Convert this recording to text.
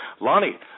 Lonnie